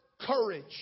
courage